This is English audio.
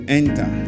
enter